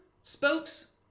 spokes